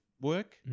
work